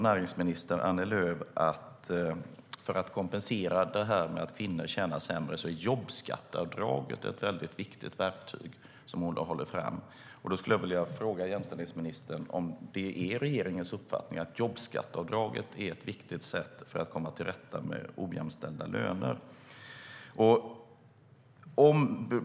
Näringsminister Annie Lööf säger också att för att kompensera att kvinnor tjänar sämre är jobbskatteavdraget ett viktigt verktyg. Är det regeringens uppfattning, jämställdhetsministern, att jobbskatteavdraget är viktigt för att komma till rätta med ojämställda löner?